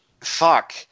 fuck